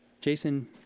Jason